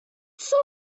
zur